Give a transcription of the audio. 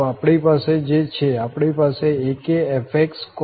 તો આપણી પાસે જે છે આપણી પાસે akfxcos kx છે